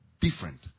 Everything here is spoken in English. different